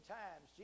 times